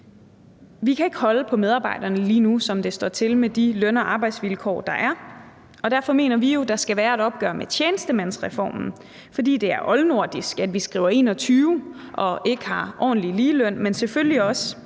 Vi kan ikke holde på medarbejderne lige nu, som det står til med de løn- og arbejdsvilkår, der er, og derfor mener vi jo, at der skal være et opgør med tjenestemandsreformen, altså fordi det er oldnordisk, at vi skriver 2021 og ikke har ordentlig ligeløn, men selvfølgelig også,